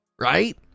Right